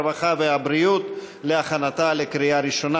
הרווחה והבריאות להכנתה לקריאה ראשונה,